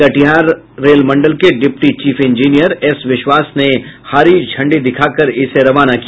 कटिहार रेलमंडल के deputy chief engineer S Vishwas ने हरी झंडी दिखाकर इसे रवाना किया